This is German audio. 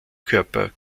körper